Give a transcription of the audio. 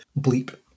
bleep